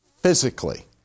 physically